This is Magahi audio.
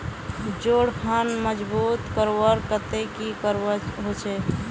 जोड़ खान मजबूत करवार केते की करवा होचए?